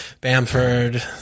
Bamford